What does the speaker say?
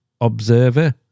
observer